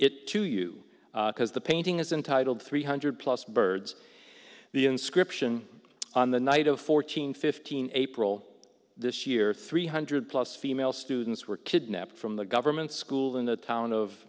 it to you because the painting is entitled three hundred plus birds the inscription on the night of fourteen fifteen april this year three hundred plus female students were kidnapped from the government school in the town of